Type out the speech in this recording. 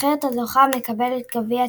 הנבחרת הזוכה מקבלת גביע,